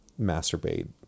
masturbate